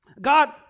God